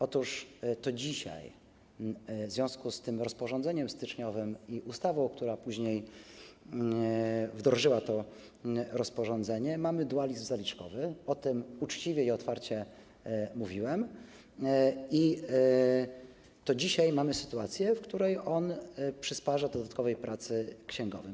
Otóż to dzisiaj w związku z tym styczniowym rozporządzeniem i ustawą, która później wdrożyła to rozporządzenie, mamy dualizm zaliczkowy - o tym uczciwie i otwarcie mówiłem - i to dzisiaj mamy sytuację, w której on przysparza dodatkowej pracy księgowym.